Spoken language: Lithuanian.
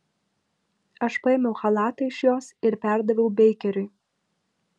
aš paėmiau chalatą iš jos ir perdaviau beikeriui